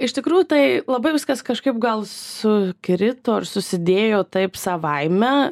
iš tikrųjų tai labai viskas kažkaip gal sukrito ir susidėjo taip savaime